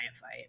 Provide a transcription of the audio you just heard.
fight